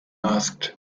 asked